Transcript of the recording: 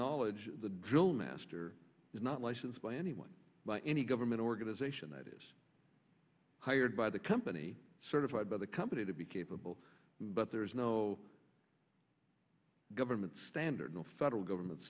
knowledge the drill master is not licensed by anyone by any government organization that is hired by the company certified by the company to be capable but there is no government standard no federal government